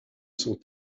sont